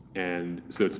and so,